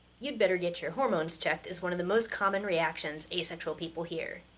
you'd better get your hormones checked is one of the most common reactions asexual people hear.